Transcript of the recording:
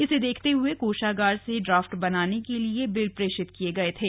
इसे देखते हुए कोषागार से ड्राफ्ट बनाने के लिए बिल प्रेषित किए गए थे